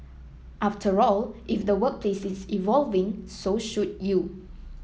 after all if the workplace is evolving so should you